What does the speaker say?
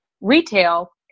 retail